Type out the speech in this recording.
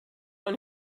auch